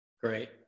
Great